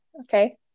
Okay